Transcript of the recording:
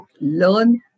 Learn